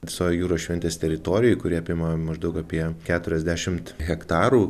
visoj jūros šventės teritorijoj kuri apima maždaug apie keturiasdešimt hektarų